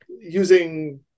using